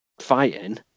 fighting